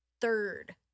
third